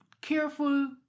careful